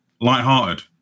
lighthearted